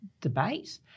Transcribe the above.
debate